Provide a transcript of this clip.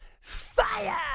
fire